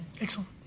excellent